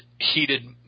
heated